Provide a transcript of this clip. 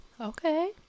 Okay